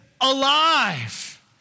alive